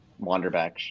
Wanderback